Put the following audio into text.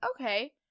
okay